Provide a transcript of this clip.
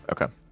Okay